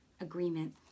agreement